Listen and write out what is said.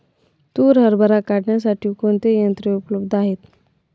तूर हरभरा काढण्यासाठी कोणती यंत्रे उपलब्ध आहेत?